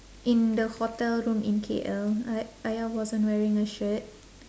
in the hotel room in K_L uh ayah wasn't wearing a shirt